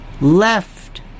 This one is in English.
left